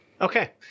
Okay